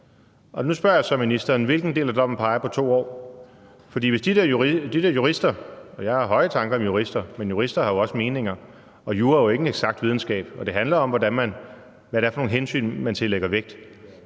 år. Nu spørger jeg så ministeren: Hvilken del af dommen peger på 2 år? Jeg har høje tanker om jurister, men jurister har jo også meninger, og jura er ikke en eksakt videnskab, for det handler om, hvilke hensyn man vægter.